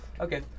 Okay